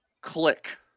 Click